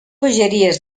bogeries